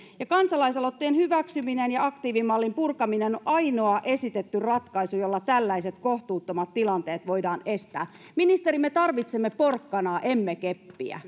kansalaisaloitteen hyväksyminen ja aktiivimallin purkaminen on ainoa esitetty ratkaisu jolla tällaiset kohtuuttomat tilanteet voidaan estää ministeri me tarvitsemme porkkanaa emme keppiä